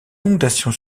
inondations